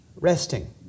resting